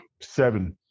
seven